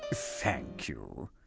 thank you.